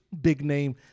big-name